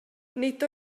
nid